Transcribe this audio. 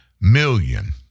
million